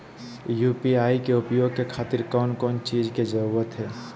UPI के उपयोग के खातिर कौन कौन चीज के जरूरत है?